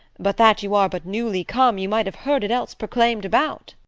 but that you are but newly come you might have heard it else proclaim'd about.